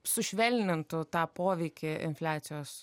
sušvelnintų tą poveikį infliacijos